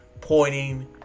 pointing